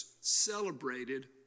celebrated